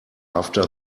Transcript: after